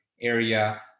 area